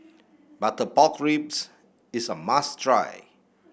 Butter Pork Ribs is a must try